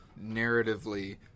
narratively